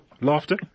laughter